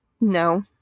no